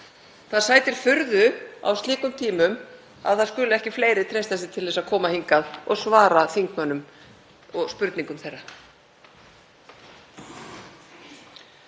Það sætir furðu á slíkum tímum að ekki skuli fleiri treysta sér til að koma hingað og svara þingmönnum og spurningum þeirra.